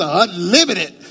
unlimited